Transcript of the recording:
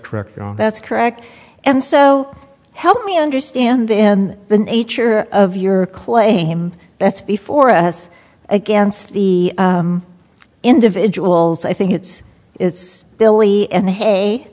correct that's correct and so help me understand and the nature of your claim that's before us against the individuals i think it's it's billy and they